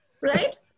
right